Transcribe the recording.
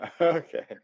Okay